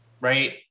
right